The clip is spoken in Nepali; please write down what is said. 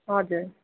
हजुर